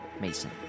Mason